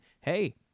hey